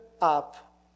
up